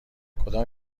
کدام